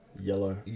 Yellow